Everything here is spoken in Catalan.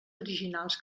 originals